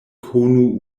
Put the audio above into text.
konu